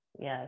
yes